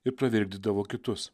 ir pravirkdydavo kitus